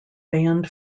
banned